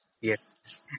Yes